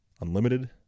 unlimited